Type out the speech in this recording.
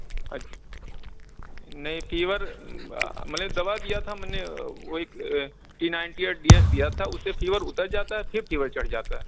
اچھ نہیں فیور مطلب دوا دیا تھا میں نے وہ ایک T ninety eight D S دیا تھا اس سے فیور اتر جاتا ہے پھر فیور چڑھ جاتا ہے